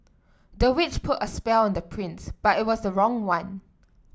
the witch put a spell on the prince but it was the wrong one